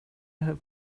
have